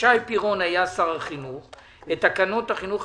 תקנות החינוך הממלכתי,